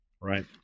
right